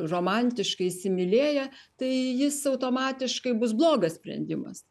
romantiškai įsimylėję tai jis automatiškai bus blogas sprendimas